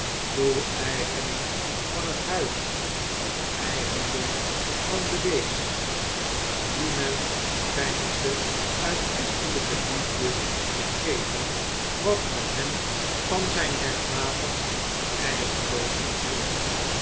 toeeigening van het huis of eigendom van den wees aan wien men veinsde uit christelyke liefde te geven wat men hem van zijn rechtmatig eigendom onthield